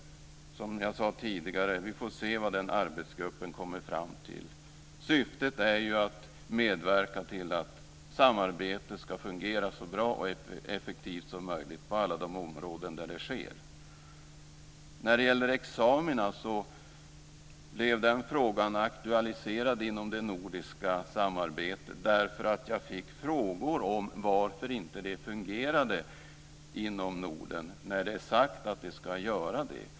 Som jag sade tidigare får vi se vad den arbetsgruppen kommer fram till. Syftet är ju att man ska medverka till att samarbetet på alla områden ska fungera så bra och effektivt som möjligt. Frågan om examina blev aktualiserad inom det nordiska samarbetet därför att jag fick frågor om varför det här inte fungerade inom Norden när det är sagt att det ska göra det.